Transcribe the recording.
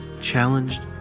challenged